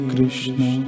Krishna